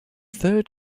third